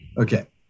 Okay